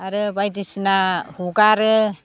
आरो बायदिसिना हगारो